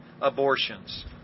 abortions